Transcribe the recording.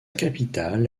capitale